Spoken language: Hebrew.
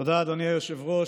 תודה, אדוני היושב-ראש.